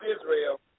Israel